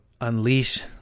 unleash